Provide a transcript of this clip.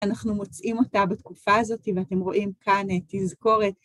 אנחנו מוצאים אותה בתקופה הזאת, ואתם רואים כאן תזכורת.